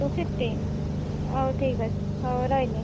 two fifty ହଉ ଠିକ୍ ଅଛି ହଉ ରହିଲି